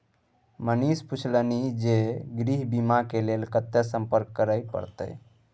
मनीष पुछलनि जे गृह बीमाक लेल कतय संपर्क करय परत?